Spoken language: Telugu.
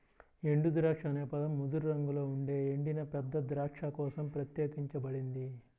ఎండుద్రాక్ష అనే పదం ముదురు రంగులో ఉండే ఎండిన పెద్ద ద్రాక్ష కోసం ప్రత్యేకించబడింది